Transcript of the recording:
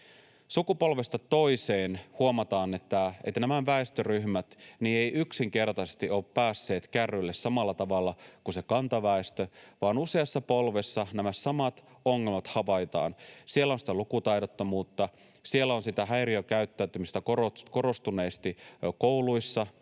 Sukupolvesta toiseen huomataan, että nämä väestöryhmät eivät yksinkertaisesti ole päässeet kärryille samalla tavalla kuin se kantaväestö, vaan useassa polvessa nämä samat ongelmat havaitaan. Siellä on sitä lukutaidottomuutta. Siellä on korostuneesti sitä häiriökäyttäytymistä kouluissa.